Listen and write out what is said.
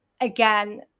again